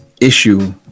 issue